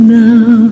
now